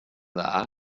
dda